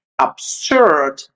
absurd